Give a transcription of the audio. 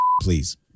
please